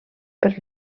per